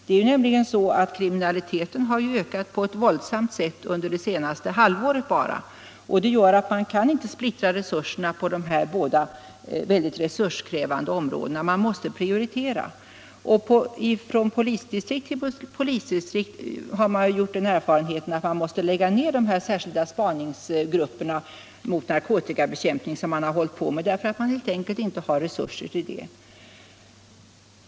Det är nämligen så att kriminaliteten har ökat på ett våldsamt sätt bara under det senaste halvåret. Det gör att man inte kan splittra resurserna på de här båda mycket resurskrävande områdena. Man måste prioritera. Från polisdistrikt till polisdistrikt har man gjort den erfarenheten att man måste lägga ned de särskilda spaningsgrupper för narkotikabekämpning som man har haft, därför att man helt enkelt inte har resurser för sådana.